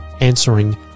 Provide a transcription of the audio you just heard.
answering